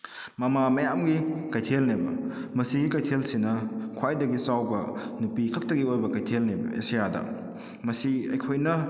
ꯃꯃꯥ ꯃꯌꯥꯝꯒꯤ ꯀꯩꯊꯦꯜꯅꯦꯕ ꯃꯁꯤꯒꯤ ꯀꯩꯊꯦꯜꯁꯤꯅ ꯈꯋꯥꯏꯗꯒꯤ ꯆꯥꯎꯕ ꯅꯨꯄꯤ ꯈꯛꯇꯒꯤ ꯑꯣꯏꯕ ꯀꯩꯊꯦꯜꯅꯦꯕ ꯑꯦꯁꯤꯌꯥꯗ ꯃꯁꯤ ꯑꯩꯈꯣꯏꯅ